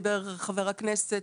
דיבר חבר הכנסת,